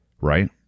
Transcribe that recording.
Right